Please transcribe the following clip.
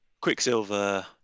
Quicksilver